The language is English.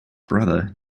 brother